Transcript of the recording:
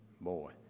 Boy